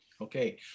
okay